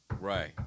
Right